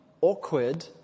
awkward